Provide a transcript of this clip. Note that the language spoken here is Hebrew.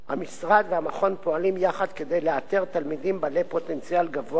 המשרד והמכון פועלים יחד כדי לאתר תלמידים בעלי פוטנציאל גבוה.